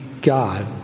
God